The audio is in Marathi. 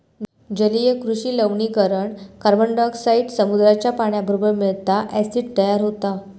जलीय कृषि लवणीकरण कार्बनडायॉक्साईड समुद्राच्या पाण्याबरोबर मिळता, ॲसिड तयार होता